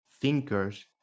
thinkers